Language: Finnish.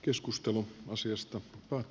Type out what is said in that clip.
keskustelu asiasta on